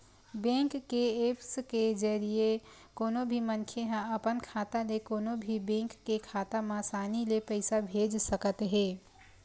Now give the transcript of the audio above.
bank के apps के जरिए कोनो भी मनखे ह अपन खाता ले कोनो भी बेंक के खाता म असानी ले पइसा भेज सकत हे